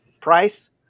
price